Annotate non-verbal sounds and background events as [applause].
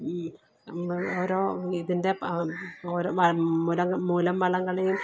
[unintelligible] ഓരോ ഇതിൻ്റെ പാ ഓരോ [unintelligible] മുരം മൂലം വള്ളംകളിയും